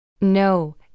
No